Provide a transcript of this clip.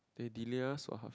they delay us so half